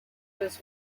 this